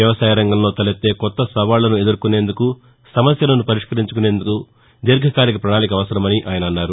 వ్యవసాయ రంగంలో తలెత్తే కొత్త సవాళ్లను ఎదుర్కొనేందుకు సమస్యలను పరిష్కరించుకునేందుకు దీర్ఘకాలిక ప్రణాళిక అవసరమని ఆయన అన్నారు